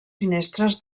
finestres